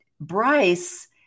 Bryce